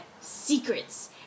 secrets